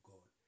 God